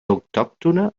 autòctona